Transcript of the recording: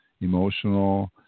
emotional